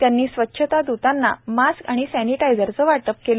त्यांनी स्वच्छतादुतांना मास्क व सँनिटायजरचे वाटप केले